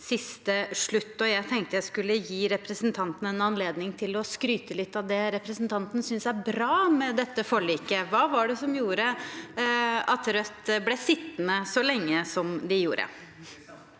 jeg tenkte jeg skulle gi representanten en anledning til å skryte litt av det representanten synes er bra med dette forliket. Hva var det som gjorde at Rødt ble sittende så lenge som de gjorde?